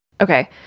Okay